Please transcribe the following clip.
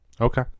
Okay